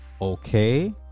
okay